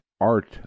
art